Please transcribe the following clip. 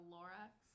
Lorax